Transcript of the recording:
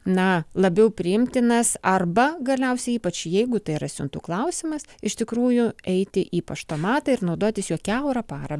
na labiau priimtinas arba galiausiai ypač jeigu tai yra siuntų klausimas iš tikrųjų eiti ypač paštomatą ir naudotis juo kiaurą parą